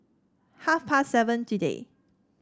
half past seven today